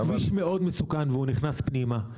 כביש 90 מאוד מסוכן והוא נכנס פנימה,